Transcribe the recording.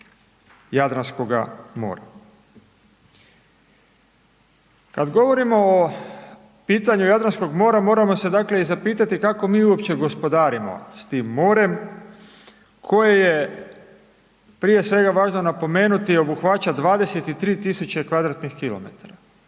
Kad govorimo o pitanju Jadranskog mora, moramo se dakle zapitati kako mi uopće gospodarimo s tim morem koje je prije svega važno je napomenuti obuhvaća 23 tisuće kvadratnih km.